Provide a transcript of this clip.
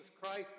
Christ